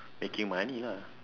making money lah